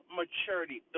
maturity